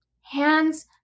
hands